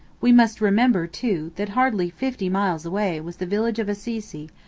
we must remember, too, that hardly fifty miles away was the village of assisi,